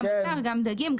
גם דגים,